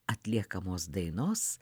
atliekamos dainos